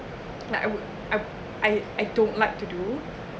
like I would I I I don't like to do